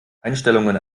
einstellungen